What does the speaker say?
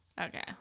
Okay